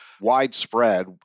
widespread